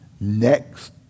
next